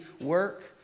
work